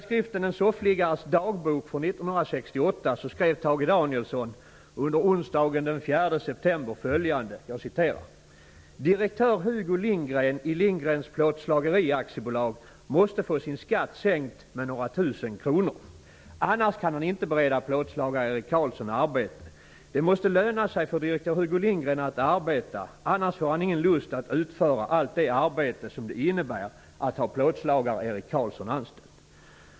skrev Tage Danielsson under onsdagen den 4 AB måste få sin skatt sänkt med några tusen kronor. Annars kan han inte bereda plåtslagare Erik Karlsson arbete. Det måste löna sig för direktör Hugo Lindgren att arbeta, annars får han ingen lust att utföra allt det arbete som det innebär att ha plåtslagare Erik Karlsson anställd.